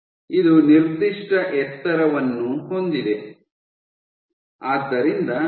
ಇದು ನಿರ್ದಿಷ್ಟ ಎತ್ತರವನ್ನು ಹೊಂದಿದೆ